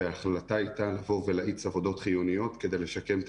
וההחלטה הייתה לבוא ולהאיץ עבודות חיוניות כדי לשקם את